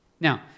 Now